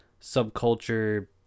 subculture